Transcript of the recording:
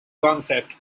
concept